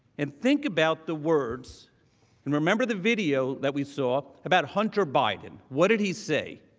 and think about the words and remember the video that we saw about hunter biden. what did he say?